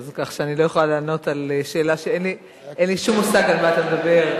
כך שאני לא יכולה לענות על שאלה כשאין לי שום מושג על מה אתה מדבר.